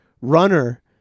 runner